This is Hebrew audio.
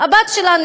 הבת שלה.